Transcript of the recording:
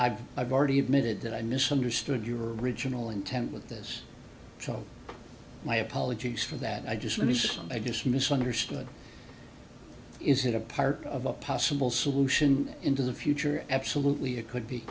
i've i've already admitted that i misunderstood your original intent with this trial my apologies for that i just finished and i just misunderstood is it a part of a possible solution into the future absolutely it could be